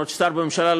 שר בממשלה,